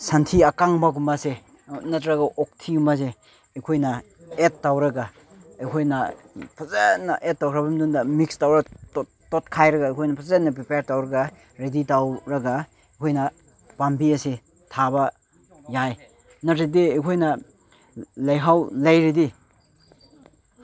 ꯁꯟꯊꯤ ꯑꯀꯪꯕꯒꯨꯝꯕꯁꯦ ꯅꯠꯇꯔꯒ ꯑꯣꯛꯊꯤꯒꯨꯝꯕꯁꯦ ꯑꯩꯈꯣꯏꯅ ꯑꯦꯗ ꯇꯧꯔꯒ ꯑꯩꯈꯣꯏꯅ ꯐꯖꯅ ꯑꯦꯗ ꯇꯧꯈ꯭ꯔꯕ ꯃꯇꯨꯡꯗ ꯃꯤꯛꯁ ꯇꯧꯔꯥ ꯇꯣꯠꯈꯥꯏꯔꯒ ꯑꯩꯈꯣꯏꯅ ꯐꯖꯅ ꯄ꯭ꯔꯤꯄꯦꯌꯔ ꯇꯧꯔꯒ ꯔꯦꯗꯤ ꯇꯧꯔꯒ ꯑꯩꯈꯣꯏꯅ ꯄꯥꯝꯕꯤ ꯑꯁꯦ ꯊꯥꯕ ꯌꯥꯏ ꯅꯠꯇ꯭ꯔꯗꯤ ꯑꯩꯈꯣꯏꯅ ꯂꯩꯍꯥꯎ ꯂꯩꯔꯗꯤ